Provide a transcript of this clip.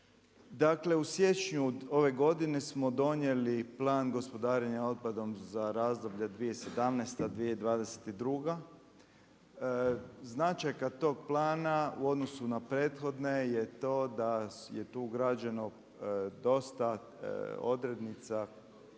Dakle, u siječnju ove godine smo donijeli Plan gospodarenja otpadom za razdoblje 2017.-2022., značajka tog Plana u odnosu na prethodne je to da je tu građeno dosta odrednica